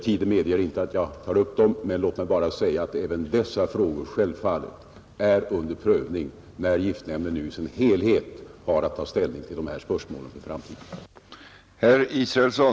Tiden medger inte att jag tar upp dem, men låt mig bara säga att även dessa frågor självfallet prövas när giftnämnden nu har att ta ställning till de här spörsmålen.